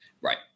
Right